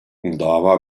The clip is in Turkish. dava